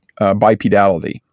bipedality